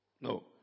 no